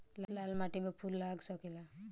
लाल माटी में फूल लाग सकेला?